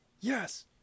yes